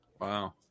Wow